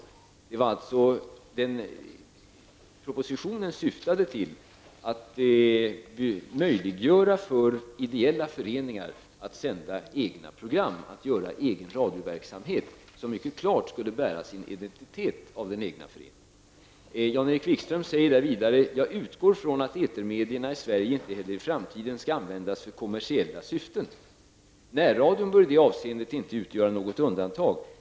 Propositionen syftade alltså till att möjliggöra för ideella föreningar att sända egna program och bedriva egen närradioverksamhet som mycket klart skulle bära sin identitet av den egna föreningen. Jan-Erik Wikström säger vidare: ''Jag utgår från att etermedierna i Sverige inte heller i framtiden skall användas för kommersiella syften. Närradion bör i det avseendet inte utgöra något undantag.